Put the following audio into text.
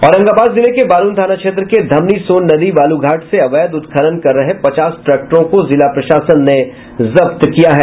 औरंगाबाद जिले के बारुण थाना क्षेत्र के धमनी सोन नदी बालू घाट से अवैध उत्खनन कर रहे पचास ट्रैक्टरों को जिला प्रशासन ने जब्त किया है